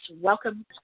Welcome